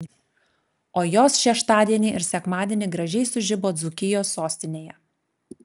o jos šeštadienį ir sekmadienį gražiai sužibo dzūkijos sostinėje